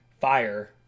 Fire